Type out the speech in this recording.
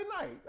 night